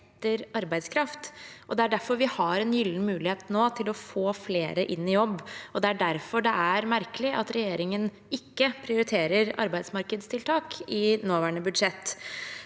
etter arbeidskraft. Det er derfor vi har en gyllen mulighet nå til å få flere inn i jobb, og det er derfor det er merkelig at regjeringen ikke prioriterer arbeidsmarkedstiltak i nåværende budsjett.